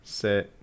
set